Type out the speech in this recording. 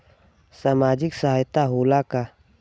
सामाजिक सहायता होला का?